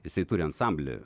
jisai turi ansamblį